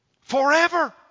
forever